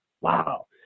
Wow